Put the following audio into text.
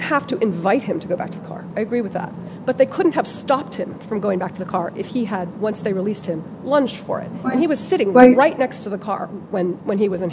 have to invite him to go back to the car i agree with that but they couldn't have stopped him from going back to the car if he had once they released him lunch for it when he was sitting right next to the car when when he was